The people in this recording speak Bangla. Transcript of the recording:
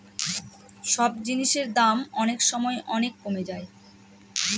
সব জিনিসের দাম অনেক সময় অনেক কমে যায়